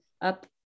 up